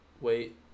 Wait